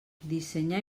dissenyar